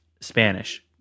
Spanish